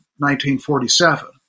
1947